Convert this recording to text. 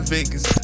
Vegas